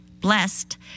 blessed